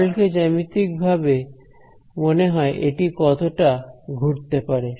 curl কে জ্যামিতিক ভাবে মনে হয় এটি কতটা ঘুরতে পারে